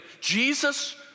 Jesus